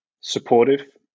supportive